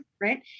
right